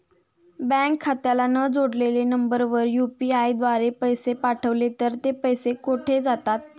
Bank खात्याला न जोडलेल्या नंबरवर यु.पी.आय द्वारे पैसे पाठवले तर ते पैसे कुठे जातात?